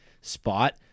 spot